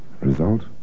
Result